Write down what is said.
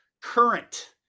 current